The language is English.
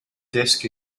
disk